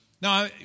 Now